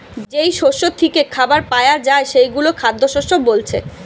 যেই শস্য থিকে খাবার পায়া যায় সেগুলো খাদ্যশস্য বোলছে